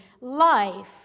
life